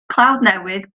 clawddnewydd